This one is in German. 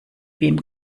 wem